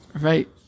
right